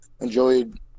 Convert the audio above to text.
enjoyed